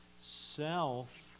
self